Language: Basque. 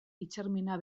hitzarmena